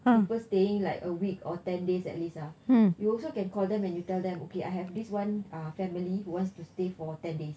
people staying like a week or ten days at least ah you also can call them and you tell them okay I have this one ah family who wants to stay for ten days